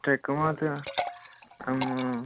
ट्र्याकको मात्रै आम्मामा